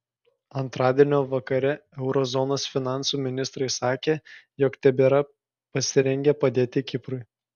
antradienio vakare euro zonos finansų ministrai sakė jog tebėra pasirengę padėti kiprui